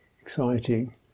exciting